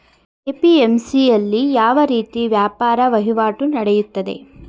APMC ಯಲ್ಲಿ ಯಾವ ರೀತಿ ವ್ಯಾಪಾರ ವಹಿವಾಟು ನೆಡೆಯುತ್ತದೆ?